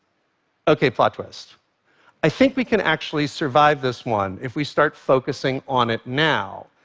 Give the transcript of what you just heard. ok, plot twist i think we can actually survive this one if we start focusing on it now.